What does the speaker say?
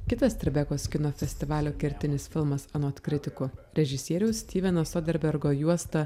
kitas tribekos kino festivalio kertinis filmas anot kritikų režisieriaus stiveno soderbergo juosta